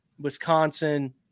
Wisconsin